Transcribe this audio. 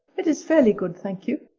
it is fairly good, thank you.